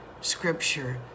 scripture